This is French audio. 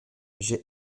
j’ai